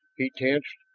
he tensed,